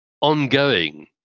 ongoing